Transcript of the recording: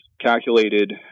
calculated